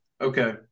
okay